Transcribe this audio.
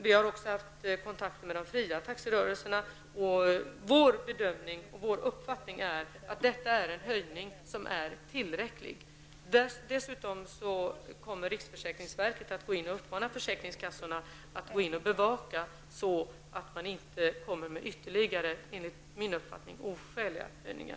Vi har också haft kontakter med de fria taxirörelserna. Vår uppfattning är att detta är en höjning som är tillräcklig. Dessutom kommer riksförsäkringsverket att gå in och uppmana försäkringskassorna att bevaka så att man inte gör ytterligare, enligt min mening oskäliga, höjningar.